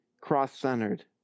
cross-centered